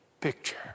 picture